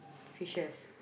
fishers